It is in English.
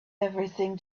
everything